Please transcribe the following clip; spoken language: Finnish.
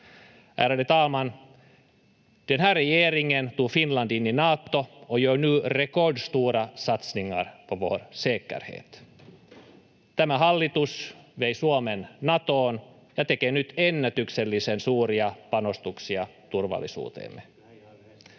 Ärade talman! Den här regeringen tog Finland in i Nato och gör nu rekordstora satsningar på vår säkerhet. Tämä hallitus vei Suomen Natoon ja tekee nyt ennätyksellisen suuria panostuksia turvallisuuteemme.